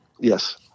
Yes